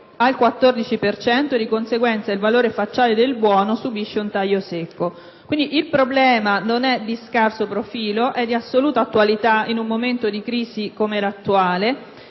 cento, e di conseguenza, il valore facciale del buono subisce un taglio secco. Il problema, dicevo, non è di scarso profilo: è di assoluta attualità, in un momento di crisi come l'attuale.